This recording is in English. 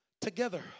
together